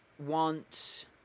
want